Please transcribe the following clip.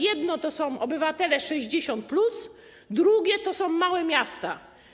Jedna to są obywatele 60+, druga to są małe miasta.